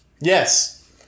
yes